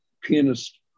pianist